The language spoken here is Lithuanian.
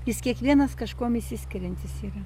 jis kiekvienas kažkuom išsiskiriantis yra